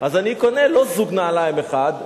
אני לא קונה זוג נעליים אחד,